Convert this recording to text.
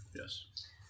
yes